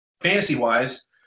fantasy-wise